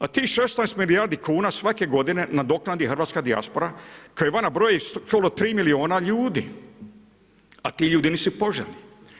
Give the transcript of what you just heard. A tih 16 milijardi kuna svake godine nadoknadi hrvatska dijaspora koja vani broji skoro 3 milijuna ljudi, a ti ljudi nisu poželjni.